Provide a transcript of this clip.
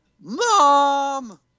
mom